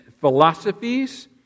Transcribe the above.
philosophies